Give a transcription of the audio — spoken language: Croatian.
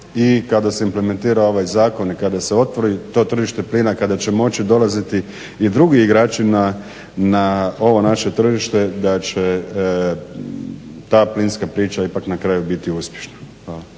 i kada se implementira ovaj zakon i kada se otvori to tržište plina kada će moći dolaziti i drugi igrači na ovo naše tržište da će ta plinska priča na kraju ipak biti uspješna.